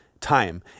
time